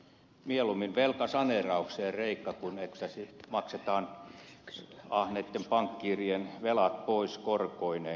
mieluummin velkasaneeraukseen kreikka kuin että maksetaan ahneitten pankkiirien velat pois korkoineen